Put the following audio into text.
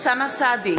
אוסאמה סעדי,